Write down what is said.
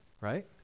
right